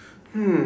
hmm